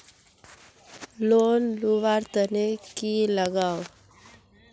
Loan लुवा र तने की लगाव?